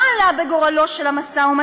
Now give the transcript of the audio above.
מה עלה בגורלו של המשא-ומתן?